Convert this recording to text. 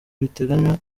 biteganywa